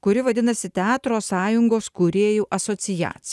kuri vadinasi teatro sąjungos kūrėjų asociac